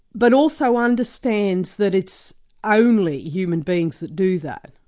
but also understands that it's only human beings that do that.